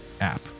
app